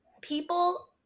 people